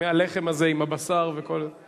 מהלחם הזה, עם הבשר וכל, אני